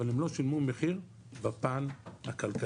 אבל הם לא שילמו מחיר בפן הכלכלי.